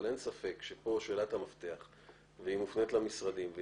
אבל אין ספק שהיא שאלת המפתח פה והיא מופנית למשרדים.